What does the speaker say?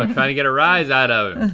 um try to get a rise out of